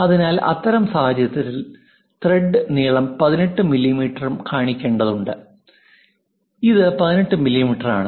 അതിനാൽ അത്തരം സാഹചര്യത്തിൽ ത്രെഡ് നീളം 18 മില്ലീമീറ്ററും കാണിക്കേണ്ടതുണ്ട് ഇത് 18 മില്ലീമീറ്ററാണ്